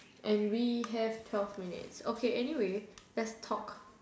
and we have twelve minutes okay anyway let's talk